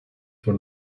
for